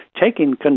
taking